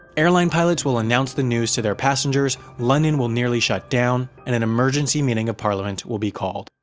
airline pilots will announce the news to their passengers, london will nearly shut down, and an emergency meeting of parliament will be called.